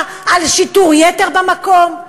החלטה על שיטור יתר במקום?